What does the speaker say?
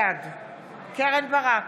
בעד קרן ברק,